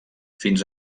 fins